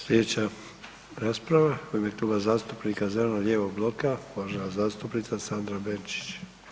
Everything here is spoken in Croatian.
Sljedeća rasprava u ime Kluba zastupnika Zeleno-lijevog bloka uvažena zastupnica Sandra Benčić.